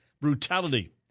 brutality